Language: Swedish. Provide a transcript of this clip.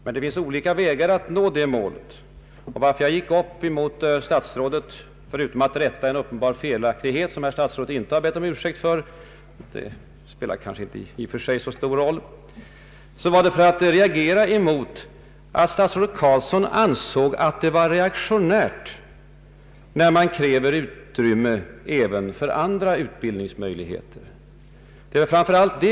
Men det finns olika vägar att nå detta mål. Anledningen till att jag gick in i de batt med statsrådet var — utom för att rätta en uppenbar felaktighet som statsrådet inte bett om ursäkt för; det kanske i och för sig inte spelar så stor roll — framför allt att jag ville reagera mot att statsrådet Carlsson ansåg det ”reaktionärt” att kräva utrymme även för andra utbildningsmöjligheter.